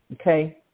Okay